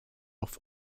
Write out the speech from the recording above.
off